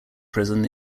prison